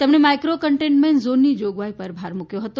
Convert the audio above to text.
તેમણે micro containment ઝોનની જોગવાઈઓ પર ભાર મુક્યો હતો